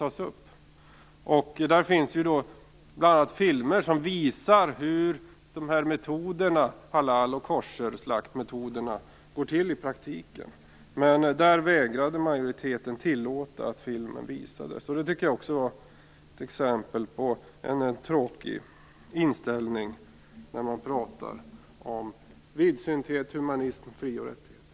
Det finns ju bl.a. filmer som visar hur halal och koscherslaktmetoderna i praktiken går till. En majoritet vägrade emellertid att tillåta att en sådan film visades. Det är ytterligare ett exempel på en tråkig inställning, särskilt som man talar om vidsynthet, humanism och fri och rättigheter.